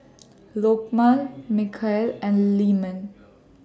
Lokman Mikhail and Leman